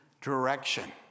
direction